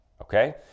Okay